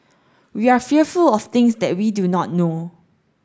we are fearful of things that we do not know